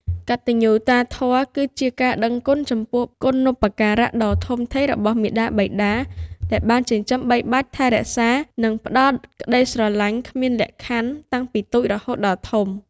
កតញ្ញុតាធម៌គឺជាការដឹងគុណចំពោះគុណូបការៈដ៏ធំធេងរបស់មាតាបិតា ដែលបានចិញ្ចឹមបីបាច់ ថែរក្សា និងផ្ដល់ក្ដីស្រឡាញ់គ្មានលក្ខខណ្ឌតាំងពីតូចរហូតដល់ធំ។